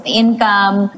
income